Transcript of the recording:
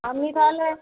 আপনি তাহলে